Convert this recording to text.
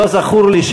לא זכור לי,